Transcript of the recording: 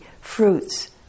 fruits